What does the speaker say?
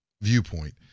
viewpoint